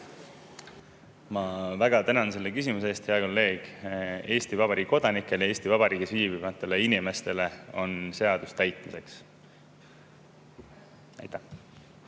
Ma väga tänan selle küsimuse eest, hea kolleeg. Eesti Vabariigi kodanikele, Eesti Vabariigis viibivatele inimestele on seadus täitmiseks. Ants